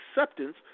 acceptance